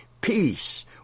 peace